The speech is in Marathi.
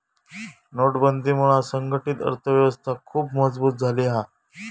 नोटबंदीमुळा संघटीत अर्थ व्यवस्था खुप मजबुत झाली हा